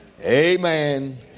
Amen